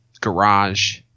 garage